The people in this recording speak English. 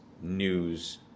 news